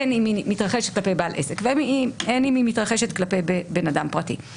הן אם היא מתרחשת כלפי בעל עסק והן אם היא מתרחשת כלפי בן אדם פרטי.